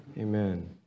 Amen